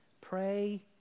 pray